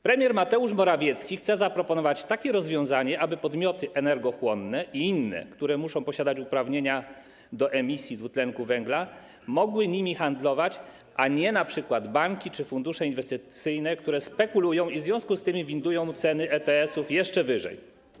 Premier Mateusz Morawiecki chce zaproponować takie rozwiązanie, aby podmioty energochłonne i inne, które muszą posiadać uprawnienia do emisji dwutlenku węgla, mogły nimi handlować, a nie np. banki czy fundusze inwestycyjne, które spekulują, w związku z czym windują ceny ETS-ów jeszcze wyżej.